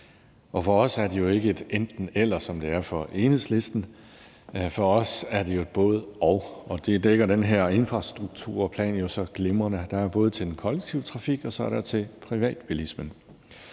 og for os er det jo ikke et enten-eller, som det er for Enhedslisten. For os er det jo et både-og, og det dækker den her infrastrukturplan jo så glimrende. Der er både til den kollektive trafik, og så er der til privatbilismen.